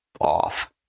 off